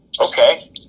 okay